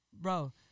bro